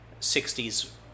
60s